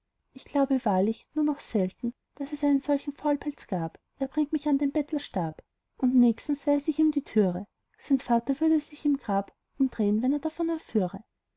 ich glaube wahrlich daß noch selten es einen solchen faulpelz gab er bringt mich an den bettelstab und nächstens weis ich ihm die türe sein vater würde sich im grab umdrehn wenn er davon erführe